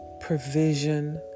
provision